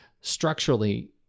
structurally—